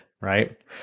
Right